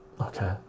Okay